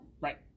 Right